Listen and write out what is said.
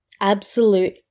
absolute